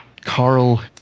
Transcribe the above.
Carl